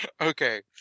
Okay